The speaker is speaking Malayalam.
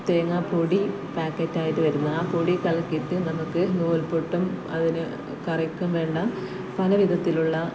തേങ്ങാപ്പൊടി പാക്കറ്റായിട്ട് വരുന്ന ആ പൊടി കലക്കിയിട്ട് നമുക്ക് നൂൽപുട്ടും അതിന് കറിക്കും വേണ്ട പല വിധത്തിലുള്ള